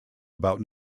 about